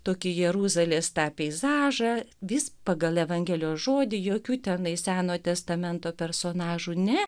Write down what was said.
tokį jeruzalės tą peizažą vis pagal evangelijos žodį jokių tenai senojo testamento personažų ne